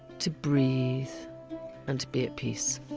to breathe and to be at peace.